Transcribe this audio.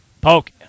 Poke